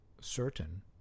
certain